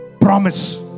Promise